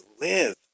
live